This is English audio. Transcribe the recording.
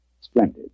Splendid